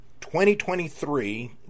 2023